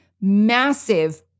massive